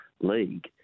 league